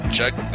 Check